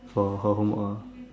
for her homework